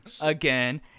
again